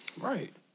Right